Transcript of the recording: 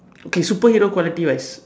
okay superhero quality wise